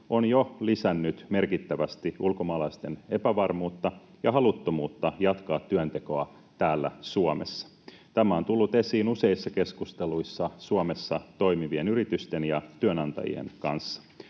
on jo lisännyt merkittävästi ulkomaalaisten epävarmuutta ja haluttomuutta jatkaa työntekoa täällä Suomessa. Tämä on tullut esiin useissa keskusteluissa Suomessa toimivien yritysten ja työnantajien kanssa.